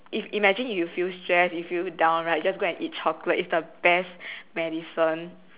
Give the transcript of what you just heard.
if imagine you feel sad you feel down right just go and eat chocolate it's the best medicine